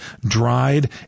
dried